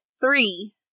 three